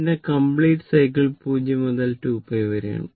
ഇതിന്റെ complete cycle 0 മുതൽ 2π വരെയാണ്